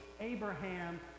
Abraham